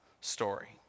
story